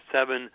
seven